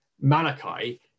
Malachi